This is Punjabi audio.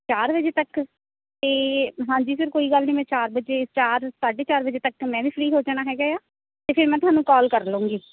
ਚਾਰ ਵਜੇ ਤੱਕ ਅਤੇ ਹਾਂਜੀ ਸਰ ਕੋਈ ਗੱਲ ਨਹੀਂ ਮੈਂ ਚਾਰ ਵਜੇ ਚਾਰ ਸਾਢੇ ਚਾਰ ਵਜੇ ਤੱਕ ਤਾਂ ਮੈਂ ਵੀ ਫਰੀ ਹੋ ਜਾਣਾ ਹੈਗਾ ਆ ਅਤੇ ਫਿਰ ਮੈਂ ਤੁਹਾਨੂੰ ਕਾਲ ਕਰ ਲਉਂਗੀ